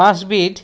পাঁচবিধ